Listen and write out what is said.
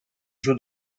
jeu